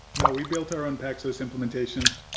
no, we built our own paxos implementation.